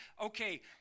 okay